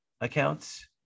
accounts